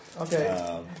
Okay